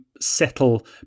settle